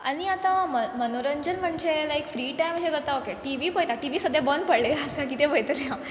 आनी आतां म मनोरंजन म्हणचें लायक फ्री टायम अशें करता ओके टी वी पळयता टी वी सद्द्या बंद पडलले आसा कितें पळयतलें हांव